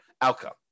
outcome